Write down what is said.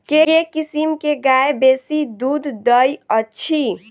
केँ किसिम केँ गाय बेसी दुध दइ अछि?